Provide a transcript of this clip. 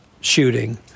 shooting